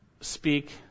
speak